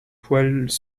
poêles